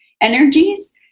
energies